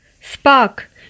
Spark